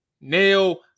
Nail